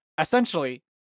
essentially